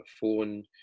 phone